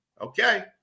Okay